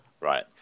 right